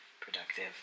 productive